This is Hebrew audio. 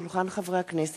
אורי מקלב,